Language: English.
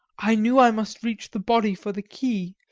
i knew i must reach the body for the key,